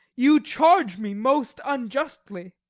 you charge me most unjustly.